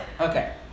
Okay